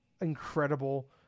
incredible